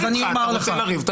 אתה מנסה לריב.